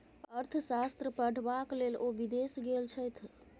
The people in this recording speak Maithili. अर्थशास्त्र पढ़बाक लेल ओ विदेश गेल छथि